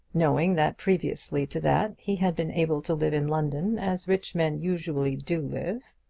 knowing that previously to that he had been able to live in london as rich men usually do live.